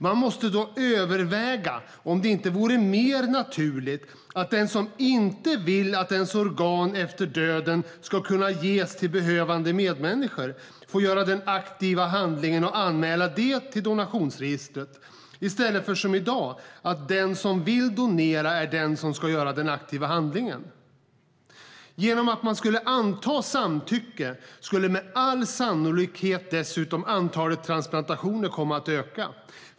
Man måste överväga om det inte vore mer naturligt att den som inte vill att ens organ efter döden ska kunna ges till behövande medmänniskor får göra den aktiva handlingen att anmäla det till donationsregistret i stället för som i dag att den som vill donera är den som ska göra den aktiva handlingen. Genom att man skulle anta samtycke skulle med all sannolikhet dessutom antalet transplantationer komma att öka.